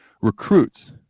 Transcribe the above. recruits